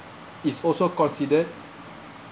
is also considered